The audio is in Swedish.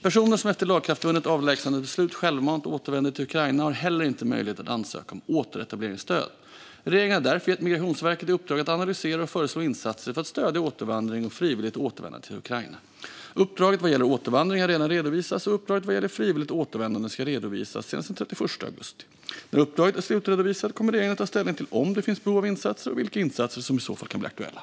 Personer som efter lagakraftvunnet avlägsnandebeslut självmant återvänder till Ukraina har inte heller möjlighet att ansöka om återetableringsstöd. Regeringen har därför gett Migrationsverket i uppdrag att analysera och föreslå insatser för att stödja återvandring och frivilligt återvändande till Ukraina. Uppdraget vad gäller återvandring har redan redovisats, och uppdraget vad gäller frivilligt återvändande ska redovisas senast den 31 augusti. När uppdraget är slutredovisat kommer regeringen att ta ställning till om det finns behov av insatser och vilka insatser som i så fall kan bli aktuella.